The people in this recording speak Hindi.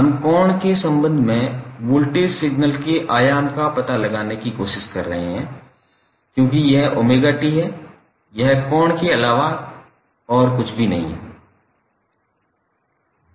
हम कोण के संबंध में वोल्टेज सिग्नल के आयाम का पता लगाने की कोशिश कर रहे हैं क्योंकि यह 𝜔𝑡 है यह कोण के अलावा कुछ भी नहीं है